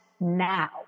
now